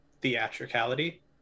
theatricality